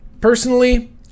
personally